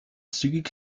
zügig